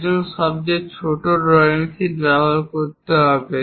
একজনকে সবচেয়ে ছোট ড্রয়িং শীট ব্যবহার করতে হবে